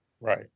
Right